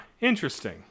interesting